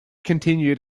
continued